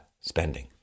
spending